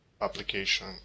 application